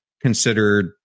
considered